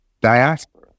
diaspora